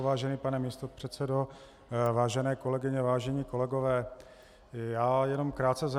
Vážený pane místopředsedo, vážené kolegyně, vážení kolegové, já jenom krátce zareaguji.